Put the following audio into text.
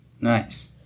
Nice